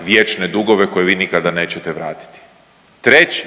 vječne dugove koje vi nikada nećete vratiti. Treće